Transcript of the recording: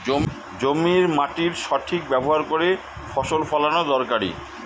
জমির মাটির সঠিক ব্যবহার করে ফসল ফলানো দরকারি